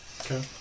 Okay